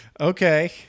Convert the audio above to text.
okay